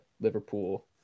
liverpool